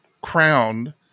crowned